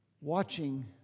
watching